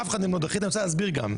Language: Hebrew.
אף אחד מהם לא דחית ואני רוצה להסביר גם.